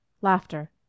Laughter